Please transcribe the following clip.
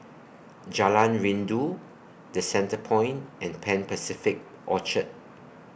Jalan Rindu The Centrepoint and Pan Pacific Orchard